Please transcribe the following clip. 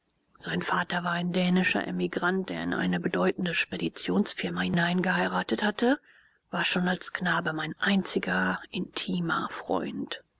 sein vater war ein dänischer emigrant der in eine bedeutende speditionsfirma hineingeheiratet hatte war schon als knabe mein einziger intimer freund